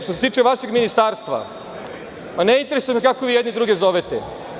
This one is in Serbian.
Što se tiče vašeg ministarstva, ne interesuje me kako vi jedni druge zovete.